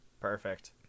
Perfect